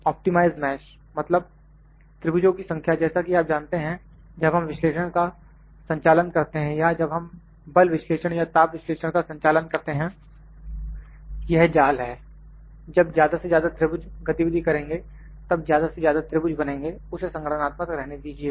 optimise mesh मतलब त्रिभुजों की संख्या जैसा कि आप जानते हैं जब हम विश्लेषण का संचालन करते हैं या जब हम बल विश्लेषण या ताप विश्लेषण का संचालन करते हैं यह जाल है जब ज्यादा से ज्यादा त्रिभुज गति विधि करेंगे तब ज्यादा से ज्यादा त्रिभुज बनेंगे उसे संगणनात्मक रहने दीजिए